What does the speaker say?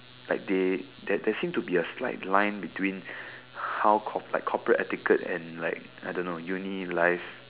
like they there seem to be some line between how corporate like corporate etiquette and like I don't know uni life